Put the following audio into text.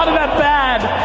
ah that bad!